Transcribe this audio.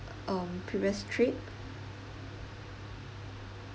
um previous trip